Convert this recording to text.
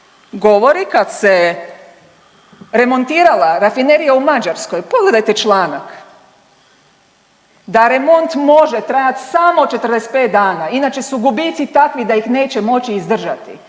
govori, kad se remontirala rafinerija u Mađarskoj, pogledajte članak, da remont može trajati samo 45 dana, inače su gubici takvi da ih neće moći izdržati